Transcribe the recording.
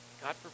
God